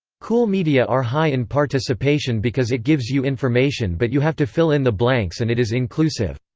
cool media are high in participation because it gives you information but you have to fill in the blanks and it is inclusive.